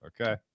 Okay